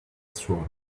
suono